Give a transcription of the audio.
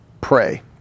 pray